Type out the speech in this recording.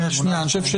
חברנו,